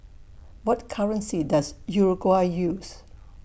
What currency Does Uruguay use